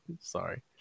Sorry